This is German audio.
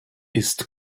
ist